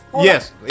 Yes